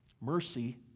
mercy